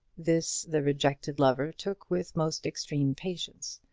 this the rejected lover took with most extreme patience,